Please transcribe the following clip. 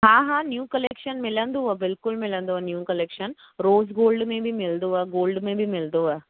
हा हा new collection मिलंदव बिल्कुलु मिलंदो न्यू कलेक्शन रोज़ गोल्ड में बि मिलंदो आहे गोल्ड में बि मिलंदो आहे